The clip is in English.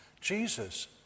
Jesus